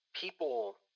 people